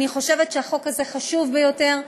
אני חושבת שהחוק הזה חשוב ביותר.